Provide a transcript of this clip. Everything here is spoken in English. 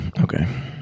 Okay